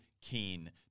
keen